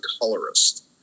colorist